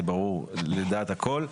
זה ברור לדעת הכל.